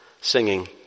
singing